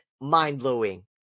mind-blowing